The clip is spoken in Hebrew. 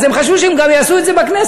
אז הם חשבו שהם יעשו את זה גם בכנסת.